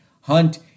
Hunt